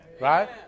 Right